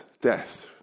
death